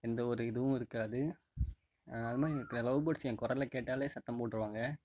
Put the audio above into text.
எந்த ஒரு இதுவும் இருக்காது அதுமாதிரி லவ் பேர்ட்ஸ் என் குரல கேட்டாலே சத்தம் போட்ருவாங்க